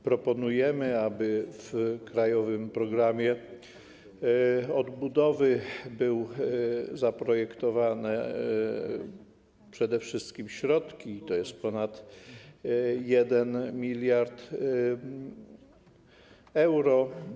Proponujemy, aby w krajowym programie odbudowy były zaprojektowane przede wszystkim środki, tj. ponad 1 mld euro.